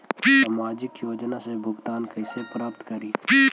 सामाजिक योजना से भुगतान कैसे प्राप्त करी?